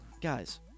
Guys